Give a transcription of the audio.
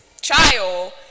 Child